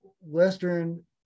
Western